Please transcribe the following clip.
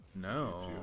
No